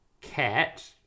cat